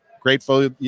grateful